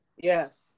yes